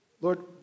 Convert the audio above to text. Lord